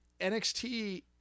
nxt